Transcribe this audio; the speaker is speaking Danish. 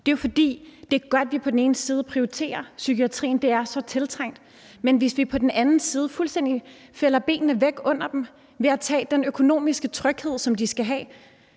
er jo, at det er godt, at vi på den ene side prioriterer psykiatrien. Det er så tiltrængt. Men hvis vi på den anden side fuldstændig fejer benene væk under dem ved at tage den økonomiske tryghed, som de skal have,